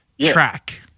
track